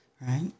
right